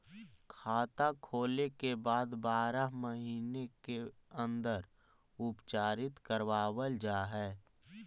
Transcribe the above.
खाता खोले के बाद बारह महिने के अंदर उपचारित करवावल जा है?